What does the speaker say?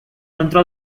dentro